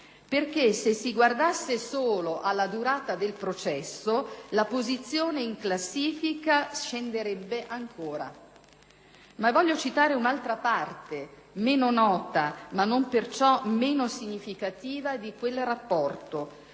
perché se si guardasse solo alla durata del processo la posizione in classifica scenderebbe ancora. Voglio citare un'altra parte meno nota, ma non per ciò meno significativa, di quel rapporto,